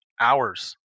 hours